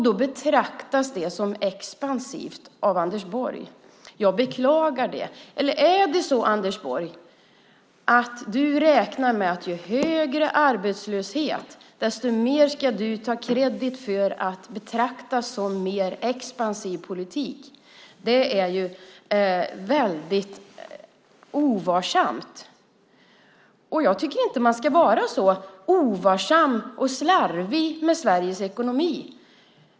Då betraktas det som expansivt av Anders Borg. Jag beklagar det. Eller är det så, Anders Borg, att du räknar med att ju högre arbetslöshet det är desto mer kredit ska du få när det gäller att det ska betraktas som en mer expansiv politik? Det är väldigt ovarsamt, och jag tycker inte att man ska vara så ovarsam och slarvig med Sveriges ekonomi.